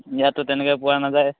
ইয়াতটো তেনেকৈ পোৱা নাযায়